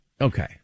Okay